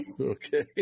okay